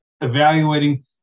evaluating